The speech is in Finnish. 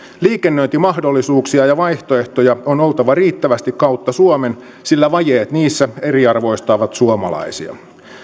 liikennöintimahdollisuuksia ja vaihtoehtoja on oltava riittävästi kautta suomen sillä vajeet niissä eriarvoistavat suomalaisia